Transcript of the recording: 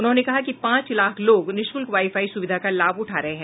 उन्होंने कहा कि पांच लाख लोग निःशुल्क वाई फाई सुविधा का लाभ उठा रहे हैं